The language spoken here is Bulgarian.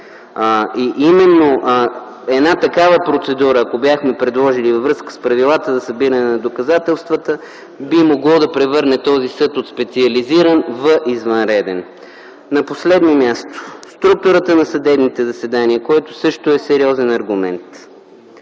Именно една такава процедура, ако бяхме предложили, във връзка с правилата за събиране на доказателствата, би могла да превърне този съд от специализиран в извънреден. На последно място, структурата на съдебните заседания, който също е сериозен аргумент.